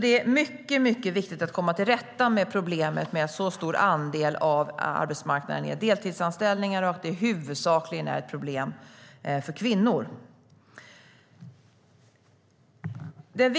Det är alltså mycket viktigt att komma till rätta med problemet att en så stor andel av arbetsmarknaden är deltidsanställningar och att det huvudsakligen är ett problem för kvinnor. Den